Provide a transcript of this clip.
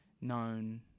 known